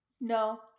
no